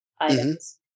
items